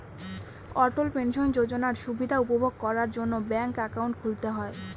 অটল pension যোজনার সুবিধা উপভোগ করার জন্য ব্যাঙ্ক একাউন্ট খুলতে হয়